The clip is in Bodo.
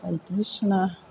बायदिसिना